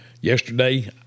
Yesterday